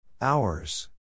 Hours